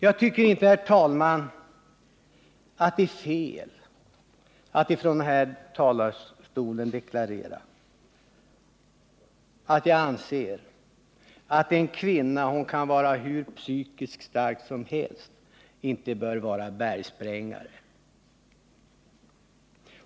Jag tycker inte, herr talman, att det är fel att ifrån denna talarstol deklarera att jag anser att en kvinna — hon kan vara hur psykiskt stark som helst — inte bör vara bergsprängare.